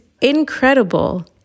incredible